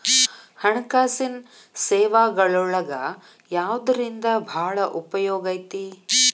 ಹಣ್ಕಾಸಿನ್ ಸೇವಾಗಳೊಳಗ ಯವ್ದರಿಂದಾ ಭಾಳ್ ಉಪಯೊಗೈತಿ?